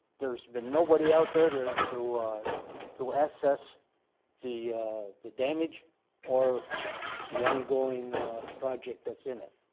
there's been nobody out there to to to assess the the damage or the ongoing project that's in it.